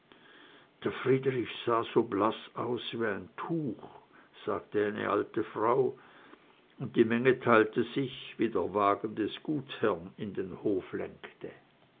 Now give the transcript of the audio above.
der friedrich sah so blaß aus wie ein tuch sagte eine alte frau und die menge teilte sich wie der wagen des gutsherrn in den hof lenkte